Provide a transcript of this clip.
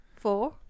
four